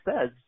says